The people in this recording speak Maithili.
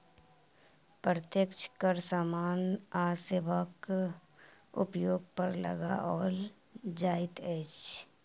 अप्रत्यक्ष कर सामान आ सेवाक उपयोग पर लगाओल जाइत छै